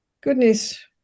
goodness